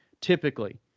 Typically